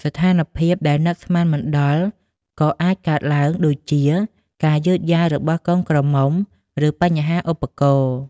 ស្ថានភាពដែលនឹកស្មានមិនដល់ក៏អាចកើតឡើងដូចជា ការយឺតយ៉ាវរបស់កូនក្រមុំ ឬបញ្ហាឧបករណ៍។